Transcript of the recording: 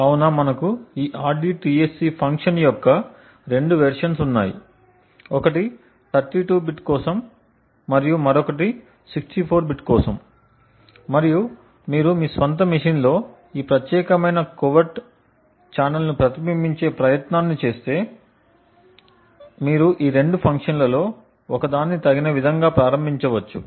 కావున మనకు ఈ rdtsc ఫంక్షన్ యొక్క 2 వెర్షన్లు ఉన్నాయి ఒకటి 32 బిట్ కోసం మరియు మరొకటి 64 బిట్ కోసం మరియు మీరు మీ స్వంత మెషీన్లో ఈ ప్రత్యేకమైన కోవెర్ట్ ఛానెల్ను ప్రతిబింబించే ప్రయత్నాన్ని చేస్తే మీరు ఈ రెండు ఫంక్షన్లలో ఒకదాన్ని తగిన విధంగా ప్రారంభించవచ్చు